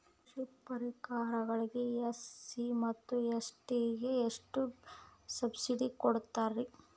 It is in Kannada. ಕೃಷಿ ಪರಿಕರಗಳಿಗೆ ಎಸ್.ಸಿ ಮತ್ತು ಎಸ್.ಟಿ ಗೆ ಎಷ್ಟು ಸಬ್ಸಿಡಿ ಕೊಡುತ್ತಾರ್ರಿ?